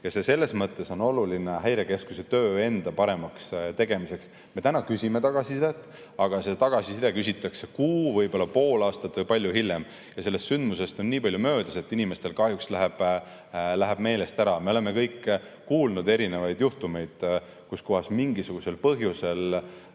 või mitte. See on oluline Häirekeskuse enda töö paremaks tegemiseks.Me praegu küsime tagasisidet, aga see tagasiside küsitakse kuu, võib-olla pool aastat või palju hiljem. Sellest sündmusest on nii palju möödas, et inimestel kahjuks läheb meelest ära. Me oleme kõik kuulnud erinevaid juhtumeid, kus mingisugusel põhjusel